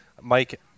Mike